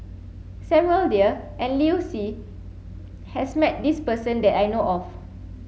Samuel Dyer and Liu Si has met this person that I know of